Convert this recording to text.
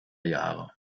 jahre